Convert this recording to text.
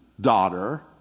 daughter